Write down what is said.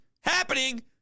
happening